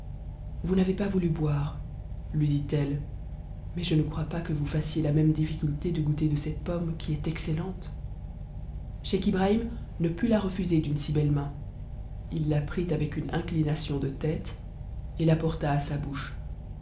vous n'avez pas voulu boire lui dit-elle mais je ne crois pas que vous fassiez la même diisculté de goûter de cette pomme qui est excellente scheich ibrahim ne put la refuser d'une si belle main il la prit avec une inclination de tête et la porta à sa bouche